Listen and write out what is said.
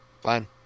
Fine